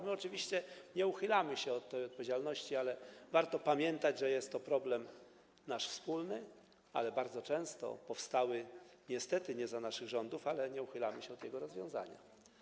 My oczywiście nie uchylamy się od odpowiedzialności, ale warto pamiętać, że jest to nasz wspólny problem, bardzo często powstały niestety nie za naszych rządów, ale nie uchylamy się od jego rozwiązania.